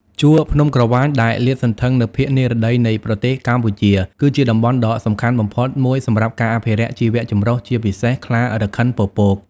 ជួរភ្នំក្រវាញ ដែលលាតសន្ធឹងនៅភាគនិរតីនៃប្រទេសកម្ពុជា គឺជាតំបន់ដ៏សំខាន់បំផុតមួយសម្រាប់ការអភិរក្សជីវៈចម្រុះ ជាពិសេស ខ្លារខិនពពក។